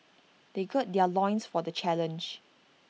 they gird their loins for the challenge